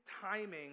timing